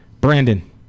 Brandon